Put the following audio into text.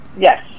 Yes